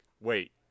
wait